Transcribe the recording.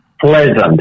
pleasant